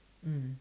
mm